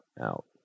out